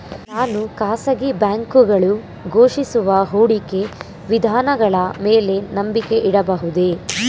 ನಾನು ಖಾಸಗಿ ಬ್ಯಾಂಕುಗಳು ಘೋಷಿಸುವ ಹೂಡಿಕೆ ವಿಧಾನಗಳ ಮೇಲೆ ನಂಬಿಕೆ ಇಡಬಹುದೇ?